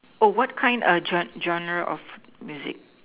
oh what kind a gen~ genre of music